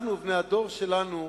אנחנו ובני הדור שלנו,